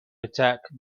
attack